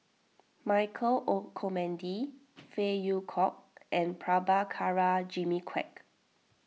Michael Olcomendy Phey Yew Kok and Prabhakara Jimmy Quek